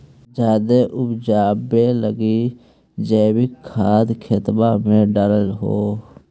जायदे उपजाबे लगी जैवीक खाद खेतबा मे डाल हो?